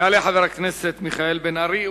יעלה חבר הכנסת מיכאל בן-ארי,